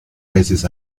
veces